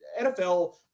NFL